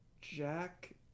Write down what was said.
Jack